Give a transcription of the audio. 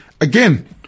again